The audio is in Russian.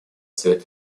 совета